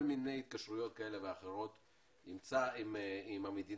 מיני התקשרויות כאלה ואחרות הן מהמדינה.